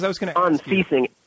Unceasing